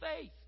faith